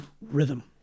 rhythm